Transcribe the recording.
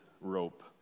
rope